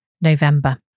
November